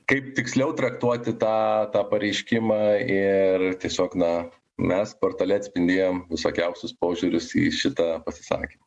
kaip tiksliau traktuoti tą tą pareiškimą ir tiesiog na mes portale atspindėjom visokiausius požiūrius į šitą pasisakymą